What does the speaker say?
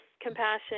compassion